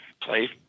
play